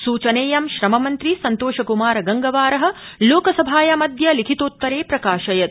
सूचनेयं श्रम मन्त्री सन्तोष क्मार गंगवार लोकसभायामद्य लिखितोत्तरे प्रकाशयत्